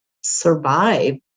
survive